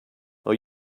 are